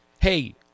hey